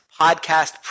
podcast